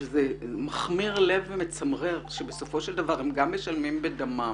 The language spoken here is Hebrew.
זה מכמיר לב ומצמרר שבסופו של דבר הם גם משלמים בדמם,